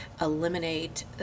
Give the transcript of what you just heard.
eliminate